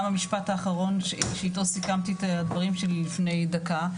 המשפט האחרון שאיתו סיכמתי את הדברים שלי לפני דקה,